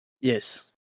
Yes